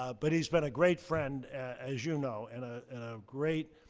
ah but he's been a great friend, as you know, and ah and a great